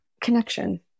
Connection